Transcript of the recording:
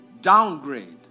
downgrade